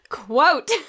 quote